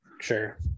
Sure